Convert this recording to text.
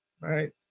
right